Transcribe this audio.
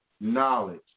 Knowledge